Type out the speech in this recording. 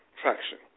Traction